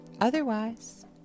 Otherwise